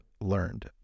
learned